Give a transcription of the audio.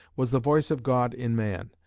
was the voice of god in man,